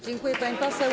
Dziękuję, pani poseł.